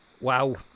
Wow